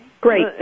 Great